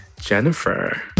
Jennifer